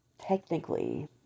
technically